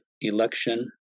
election